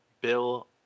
Bill